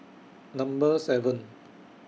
Number seven